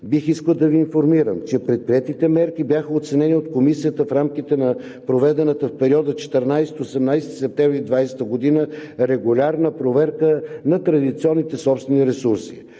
бих искал да Ви информирам, че предприетите мерки бяха оценени от Комисията в рамките на проведената в периода 14 – 18 септември 2020 г. регулярна проверка на традиционните собствени ресурси.